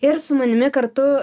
ir su manimi kartu